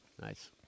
Nice